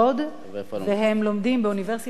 והם לומדים באוניברסיטת תל-אביב,